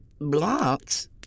Blocks